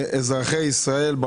לאזרחי ישראל.